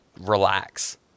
relax